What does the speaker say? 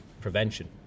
prevention